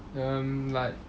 um like